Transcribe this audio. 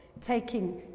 taking